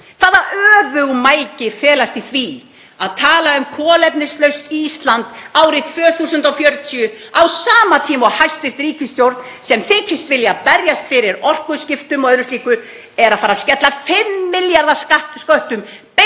Hvaða öfugmæli felast í því að tala um kolefnishlutlaust Ísland árið 2040 á sama tíma og hæstv. ríkisstjórn sem þykist vilja berjast fyrir orkuskiptum og öðru slíku er að fara að skella 5 milljarða sköttum